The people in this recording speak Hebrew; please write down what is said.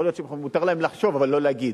יכול להיות שמותר להם לחשוב, אבל לא להגיד,